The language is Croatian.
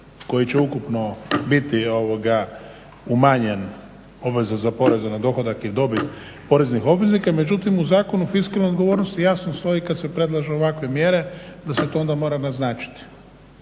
koji će ukupno biti umanjen obveza za porez na dohodak i dobit poreznih obveznika. Međutim, u Zakonu o fiskalnoj odgovornosti jasno stoji kad se predlažu ovakve mjere da se to onda mora naznačiti.